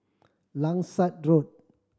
Langsat Road